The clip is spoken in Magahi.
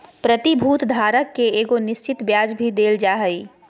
प्रतिभूति धारक के एगो निश्चित ब्याज भी देल जा हइ